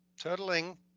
totaling